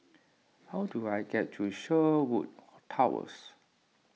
how do I get to Sherwood Towers